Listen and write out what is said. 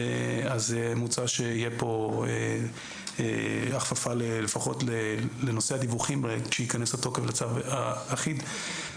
מוצע שתהיה כאן הכפפה לפחות לנושא הדיווחים כשייכנס לתוקף הצו האחיד.